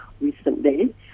recently